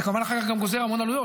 זה כמובן גוזר אחר כך המון עלויות,